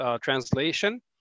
translation